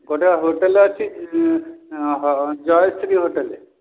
ଗୋଟେ ହୋଟେଲ୍ ଅଛି ଜୟଶ୍ରୀ ହୋଟେଲ୍